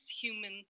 human